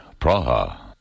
Praha